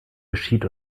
geschieht